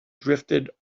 drifted